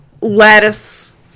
lattice